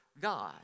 God